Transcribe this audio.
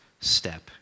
step